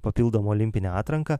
papildomą olimpinę atranką